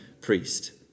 priest